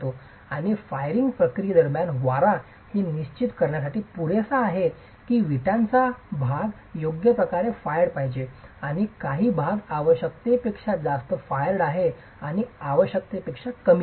आणि फायरिंगच्या प्रक्रियेदरम्यान वारा हे निश्चित करण्यासाठी पुरेसा आहे की विटाचा भाग योग्य प्रकारे फायर्ड पाहिजे काही भाग आवश्यकतेपेक्षा जास्त फायर्ड आहे आणि आवश्यकतेपेक्षा कमी भाग आहे